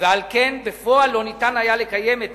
ועל כן בפועל לא ניתן היה לקיים את